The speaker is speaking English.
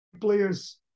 players